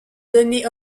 donnée